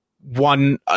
one